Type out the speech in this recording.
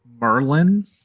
Merlin